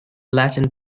latin